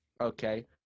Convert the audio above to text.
okay